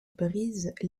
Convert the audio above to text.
brise